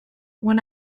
when